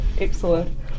Excellent